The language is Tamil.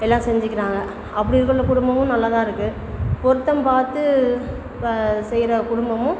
எல்லாம் செஞ்சுக்கிறாங்க அப்படி இருக்கக்குள்ளே குடும்பமும் நல்லா தான் இருக்குது பொருத்தம் பார்த்து செய்கிற குடும்பமும்